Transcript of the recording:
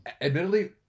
admittedly